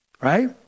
right